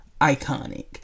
iconic